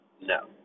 no